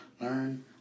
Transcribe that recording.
Learn